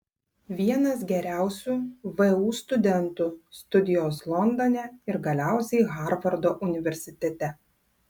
vienas geriausių vu studentų studijos londone ir galiausiai harvardo universitete